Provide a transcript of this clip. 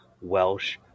Welsh